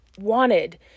wanted